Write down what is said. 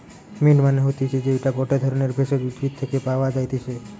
mint মানে হতিছে যেইটা গটে ধরণের ভেষজ উদ্ভিদ থেকে পাওয় যাই্তিছে